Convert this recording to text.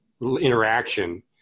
interaction